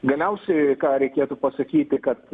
galiausiai ką reikėtų pasakyti kad